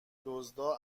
دزدا